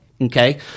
Okay